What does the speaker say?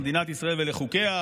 למדינת ישראל ולחוקיה,